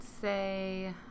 say